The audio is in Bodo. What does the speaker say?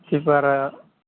किपारा